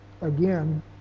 again